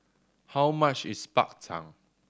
how much is Bak Chang